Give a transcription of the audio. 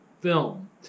film